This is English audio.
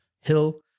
hill